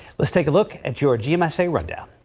let's take a look at your gmsa right now.